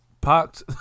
Parked